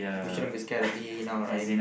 you shouldn't be scared of E A E now right